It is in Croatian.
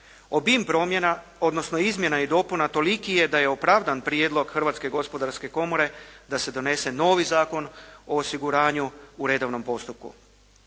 Obim promjena, odnosno izmjena i dopuna toliki je da je opravdan prijedlog Hrvatske gospodarske komore da se donese novi Zakon o osiguranju u redovnom postupku.